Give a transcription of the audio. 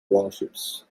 warships